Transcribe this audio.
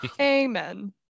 amen